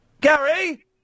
Gary